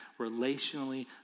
relationally